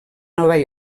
nova